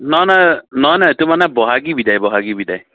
নহয় নহয় নহয় নহয় এইটো মানে বহাগী বিদায় বহাগী বিদায়